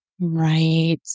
Right